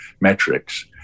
metrics